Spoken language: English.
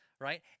right